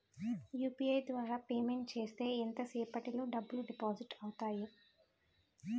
UPI ద్వారా payment చేస్తే ఎంత సేపటిలో డబ్బులు డిపాజిట్ అవుతాయి?